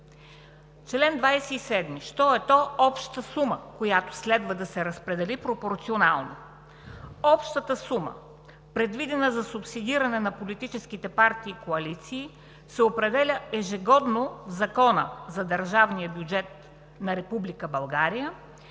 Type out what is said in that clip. коалиция.“ Що е то обща сума, която следва да се разпредели пропорционално? Член 27: “Общата сума, предвидена за субсидиране на политическите партии и коалиции, се определя ежегодно в Закона за държавния бюджет на